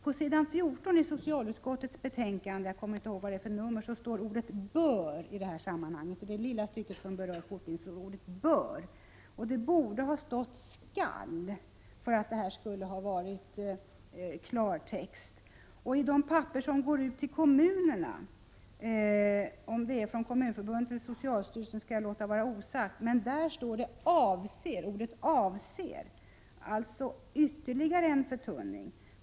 På s. 14 i socialutskottets betänkande 1986/87:35, i det lilla stycke som handlar om fortbildning, står ordet ”bör”, och det borde ha stått ”skall” för att det skulle ha varit klartext. I de papper som går ut till kommunerna — om det är från Kommunförbundet eller socialstyrelsen skall jag låta vara osagt — står det ”avser”, alltså ytterligare en förtunning.